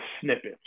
snippets